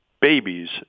babies